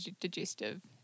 digestive